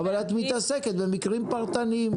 -- אבל את מתעסקת במקרים פרטניים.